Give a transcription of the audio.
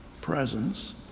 presence